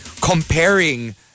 comparing